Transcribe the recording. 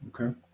okay